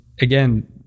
again